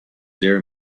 there